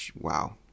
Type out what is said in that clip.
wow